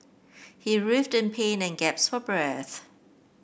he writhed in pain and gasped for breath